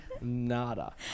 nada